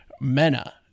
mena